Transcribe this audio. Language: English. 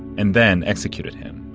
and then executed him